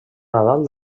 nadal